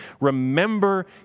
remember